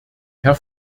herr